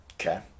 Okay